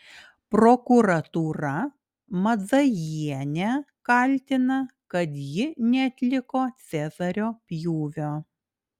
prokuratūra madzajienę kaltina kad ji neatliko cezario pjūvio